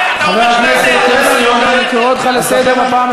אותך לסדר,